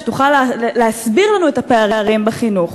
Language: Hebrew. שתוכל להסביר לנו את הפערים בחינוך.